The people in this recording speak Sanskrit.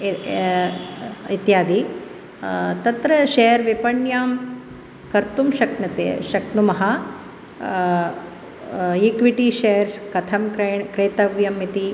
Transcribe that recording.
इत्यादि तत्र शेर् विपण्यां कर्तुं शक्नुते शक्नुमः इक्विटि शेर्स् कथं क्रे क्रेतव्यम् इति